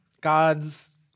God's